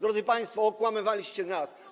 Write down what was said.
Drodzy państwo, okłamywaliście nas.